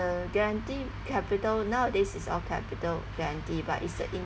the guarantee capital nowadays it's all capital guarantee but it's the